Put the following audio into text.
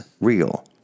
real